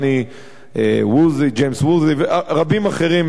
ג'יימס וולסי ורבים אחרים מהמערכת הביטחונית.